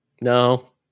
No